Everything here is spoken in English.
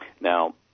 Now